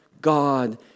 God